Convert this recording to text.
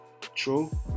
true